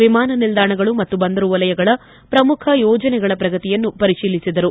ವಿಮಾನ ನಿಲ್ಲಾಣಗಳು ಮತ್ತು ಬಂದರು ವಲಯಗಳ ಪ್ರಮುಖ ಯೋಜನೆಗಳ ಪ್ರಗತಿಯನ್ನು ಪರಿಶೀಲಿಸಿದರು